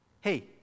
Hey